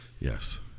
Yes